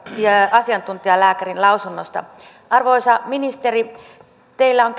asiantuntijalääkärin lausunnosta arvoisa ministeri kun teillä on